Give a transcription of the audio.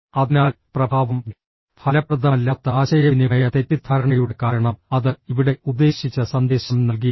അതിനാൽ പ്രഭാവം ഫലപ്രദമല്ലാത്ത ആശയവിനിമയ തെറ്റിദ്ധാരണയുടെ കാരണം അത് ഇവിടെ ഉദ്ദേശിച്ച സന്ദേശം നൽകിയില്ല